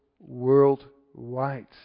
Worldwide